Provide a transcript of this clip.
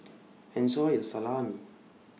Enjoy your Salami